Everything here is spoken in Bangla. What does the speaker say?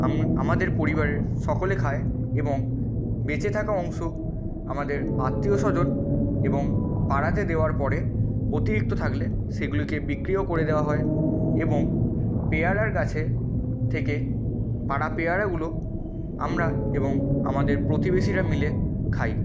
আমি আমাদের পরিবারের সকলে খায় এবং বেঁচে থাকা অংশ আমাদের আত্মীয় স্বজন এবং পাড়াতে দেওয়ার পরে অতিরিক্ত থাকলে সেগুলিকে বিক্রিও করে দেওয়া হয় এবং পেয়ারার গাছে থেকে পারা পেয়ারাগুলো আমরা এবং আমাদের প্রতিবেশীরা মিলে খাই